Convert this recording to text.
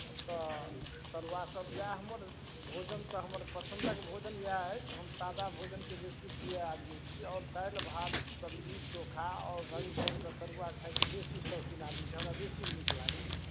तऽ तरुआ सभ इएह हमर भोजन तऽ हमर पसन्दक भोजन इएह अछि हम सादा भोजन के बेसी प्रिय आदमी छी आओर दालि भात सब्जी चोखा आओर रङ्ग बिरङ्ग के तरुआ खाइ के बेसी सौकीन आदमी छी हमरा बेसी नीक लागैया